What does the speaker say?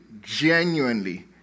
genuinely